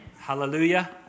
Hallelujah